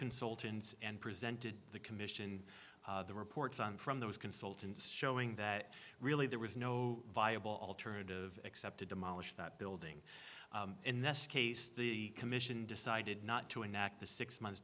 consultants and presented the commission reports on from those consultants showing that really there was no viable alternative except to demolish that building in this case the commission decided not to enact the six months